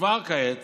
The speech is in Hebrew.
וכבר כעת